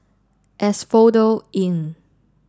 Asphodel Inn